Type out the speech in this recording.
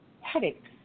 headaches